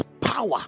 power